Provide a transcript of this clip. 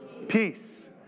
Peace